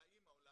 לאימא או לאבא,